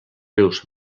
rius